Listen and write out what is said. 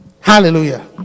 Hallelujah